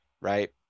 right